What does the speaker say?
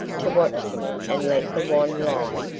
to watch them and let the wand lie.